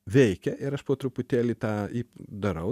veikia ir aš po truputėlį tą darau